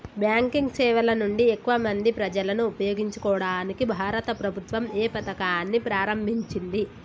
Banking సేవల నుండి ఎక్కువ మంది ప్రజలను ఉపయోగించుకోవడానికి భారత ప్రభుత్వం ఏ పథకాన్ని ప్రారంభించింది?